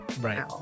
right